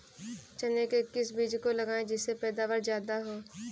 चने के किस बीज को लगाएँ जिससे पैदावार ज्यादा हो?